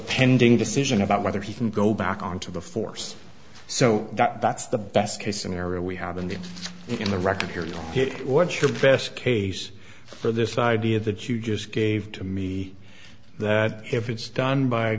pending decision about whether he can go back onto the force so that that's the best case scenario we have in the in the record here what's your best case for this idea that you just gave to me that if it's